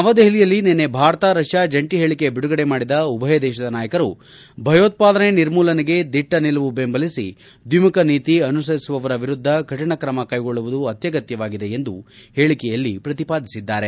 ನವದೆಹಲಿಯಲ್ಲಿ ನಿನ್ನೆ ಭಾರತ ರಷ್ಯಾ ಜಂಟಿ ಹೇಳಿಕೆ ಬಿಡುಗಡೆ ಮಾಡಿದ ಉಭಯ ದೇಶದ ನಾಯಕರು ಭಯೋತ್ಪಾದನೆ ನಿರ್ಮೂಲನೆಗೆ ದಿಟ್ಲ ನಿಲುವು ಬೆಂಬಲಿಸಿ ದ್ವಿಮುಖ ನೀತಿ ಅನುಸರಿಸುವವರ ವಿರುದ್ದ ಕಠಿಣಕ್ರಮ ಕೈಗೊಳ್ಳುವುದು ಅತ್ಯಗತ್ಯವಾಗಿದೆ ಎಂದು ಹೇಳಿಕೆಯಲ್ಲಿ ಪ್ರತಿಪಾದಿಸಿದ್ದಾರೆ